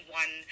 one